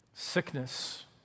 sickness